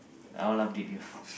all love did you